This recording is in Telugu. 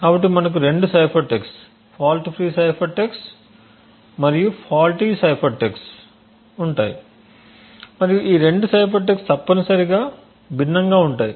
కాబట్టి మనకు రెండు cipher text fault free cipher text మరియు ఫాల్టీ సైఫర్ టెక్స్ట్ ఉంటాయి మరియు ఈ రెండు సైఫర్ టెక్స్ట్ తప్పనిసరిగా భిన్నంగా ఉంటాయి